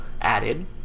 added